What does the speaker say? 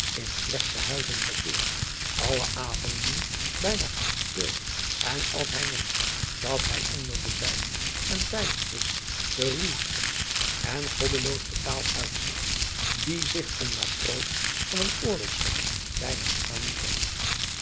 in slechte huizen verkeert alle avonden bijna grof speelt en als hij meent dat hij onder de zijnen en veilig is de ruwste en goddelooste taal uitslaat die zich een matroos van een oorlogschip bijna schamen zou